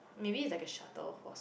maybe it's like a shuttle for